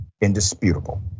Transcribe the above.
indisputable